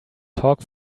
talk